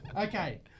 Okay